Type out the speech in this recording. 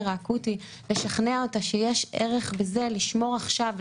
האקוטי לשכנע אותה שיש ערך בזה לשמור עכשיו,